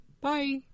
Bye